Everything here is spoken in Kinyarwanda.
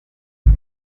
iyi